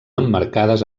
emmarcades